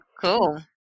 Cool